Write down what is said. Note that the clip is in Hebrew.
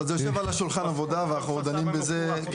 אבל זה יושב על שולחן העבודה ודנים בזה.